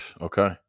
Okay